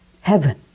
Heaven